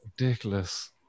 ridiculous